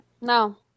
No